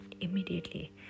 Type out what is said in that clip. Immediately